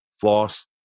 floss